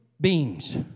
beings